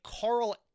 Carl